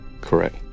Correct